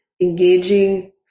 engaging